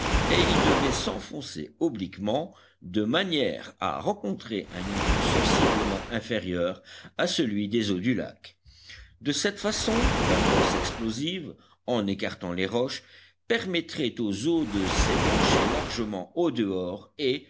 et il devait s'enfoncer obliquement de manière à rencontrer un niveau sensiblement inférieur à celui des eaux du lac de cette façon la force explosive en écartant les roches permettrait aux eaux de s'épancher largement au dehors et